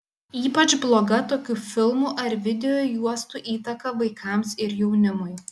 ypač bloga tokių filmų ar videojuostų įtaka vaikams ir jaunimui